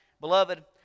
Beloved